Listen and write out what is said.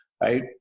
Right